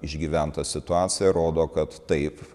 išgyventa situacija rodo kad taip